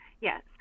yes